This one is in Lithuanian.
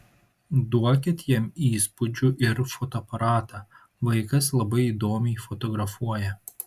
duokit jam įspūdžių ir fotoaparatą vaikas labai įdomiai fotografuoja